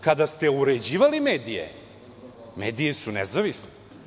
Kada ste uređivali mediji, mediji su nezavisni.